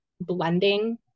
blending